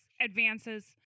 advances